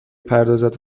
پردازد